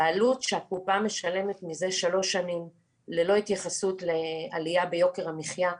בעלות שהקופה משלמת מזה שלוש שנים ללא התייחסות לעלייה ביוקר המחייה,